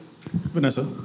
Vanessa